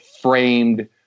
framed